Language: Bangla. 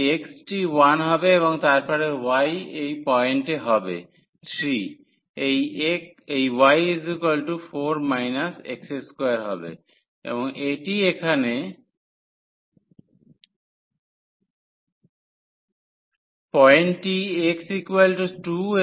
এই x টি 1 হবে এবং তারপরে y এই পয়েন্টে হবে 3 এই y4 x2 হবে এবং এটিই এখানে পয়েন্টটি x 2 এবং y0 হয়